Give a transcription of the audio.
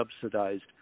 subsidized